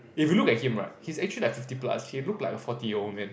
if you look at him right he's actually like fifty plus he look like a forty year old man